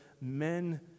men